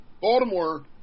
Baltimore